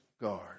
guard